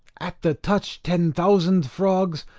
at the touch ten thousand frogs,